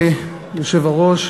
אדוני היושב-ראש,